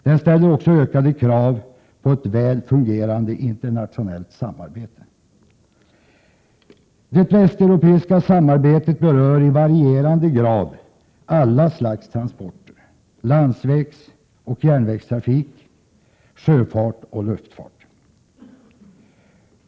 Den ställer också ökade krav på ett väl fungerande internationellt samarbete. Det västeuropeiska samarbetet berör i varierande grad alla slags transporter: landsvägsoch järnvägstrafik, sjöfart och luftfart.